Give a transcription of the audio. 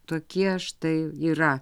tokie štai yra